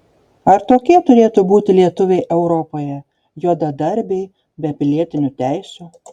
ar tokie turėtų būti lietuviai europoje juodadarbiai be pilietinių teisių